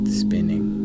spinning